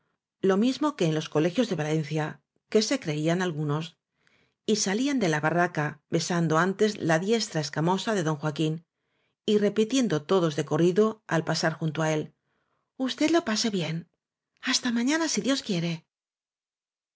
se ñoras madres formaban los muchachos por parejas cogi dos de la mano lo mismo que en los colegios de valencia qué se creían algunos y salían de la barraca besando antes la diestra escamosa de don joaquín y repitiendo todos ele corrido al pasar junto á él usted lo pase bien hasta mañana si dios quiere